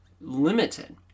limited